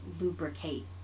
lubricate